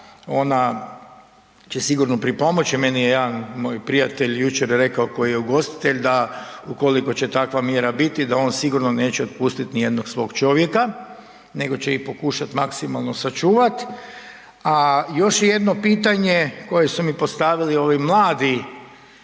Ona će sigurno pripomoći. Meni je jedan moj prijatelj jučer rekao koji je ugostitelj da ukoliko će takva mjera biti da on sigurno neće otpustiti niti jednog svog čovjeka, nego će ih pokušati maksimalno sačuvati. A još je jedno pitanje koje su mi postavili ovi mladi